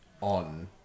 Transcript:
on